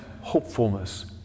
hopefulness